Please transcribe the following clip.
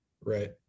Right